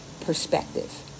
perspective